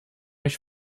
ich